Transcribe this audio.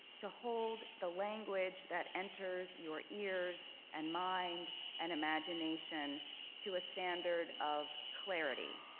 to hold the language that enters your ears, and mind and imagination to a standard of clarity,